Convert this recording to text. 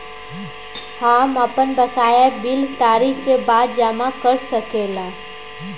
हम आपन बकाया बिल तारीख क बाद जमा कर सकेला?